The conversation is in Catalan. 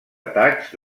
atacs